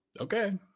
okay